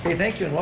thank you,